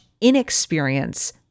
inexperience